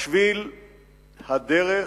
השביל, הדרך,